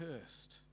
cursed